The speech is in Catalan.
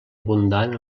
abundant